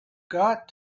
got